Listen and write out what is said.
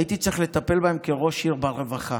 הייתי צריך לטפל בהם כראש עיר, ברווחה.